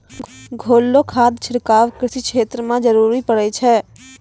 घोललो खाद छिड़काव कृषि क्षेत्र म जरूरी पड़ै छै